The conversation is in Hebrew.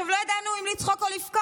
עכשיו, לא ידענו אם לצחוק או לבכות.